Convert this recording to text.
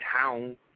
town